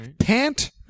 Pant